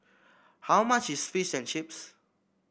how much is Fish and Chips